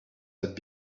had